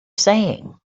saying